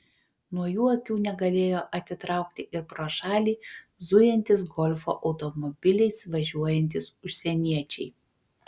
nuo jų akių negalėjo atitraukti ir pro šalį zujantys golfo automobiliais važiuojantys užsieniečiai